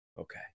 Okay